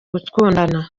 gukundana